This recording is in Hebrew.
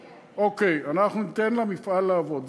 אוקיי, אנחנו ניתן למפעל לעבוד.